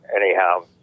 anyhow